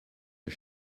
der